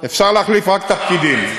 אפשר להחליף רק את הפקידים.